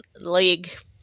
league